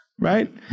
Right